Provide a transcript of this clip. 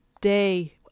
day